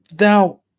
Now